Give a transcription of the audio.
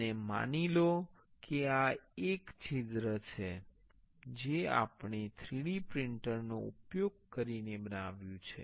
અને માની લો કે આ એક છિદ્ર છે જે આપણે 3D પ્રિંટરનો ઉપયોગ કરીને બનાવ્યુ છે